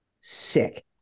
sick